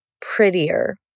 prettier